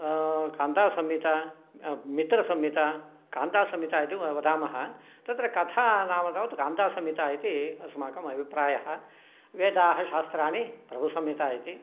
कान्तासंहिता मित्रसंहिता कान्तासंहिता इति वदामः तत्र कथा नाम तावत् कान्तासंहिता इति अस्माकम् अभिप्रायः वेदाः शास्त्राणि प्रभुसंहिता इति